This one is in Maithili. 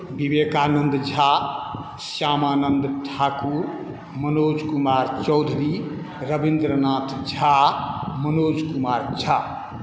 विवेकानन्द झा श्यामानन्द ठाकुर मनोज कुमार चौधरी रविन्द्र नाथ झा मनोज कुमार झा